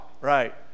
right